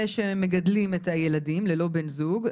ושהם מגדלים את הילדים ללא בן זוג.